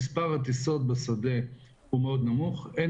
מספר הטיסות בשדה הוא מאוד נמוך ואין